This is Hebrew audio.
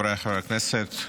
חבריי חברי הכנסת,